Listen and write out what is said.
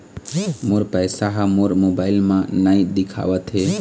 मोर पैसा ह मोर मोबाइल में नाई दिखावथे